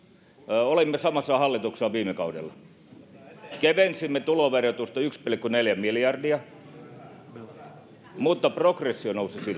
olimme samassa hallituksessa viime kaudella kevensimme tuloverotusta yksi pilkku neljä miljardia mutta progressio nousi